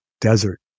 desert